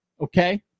Okay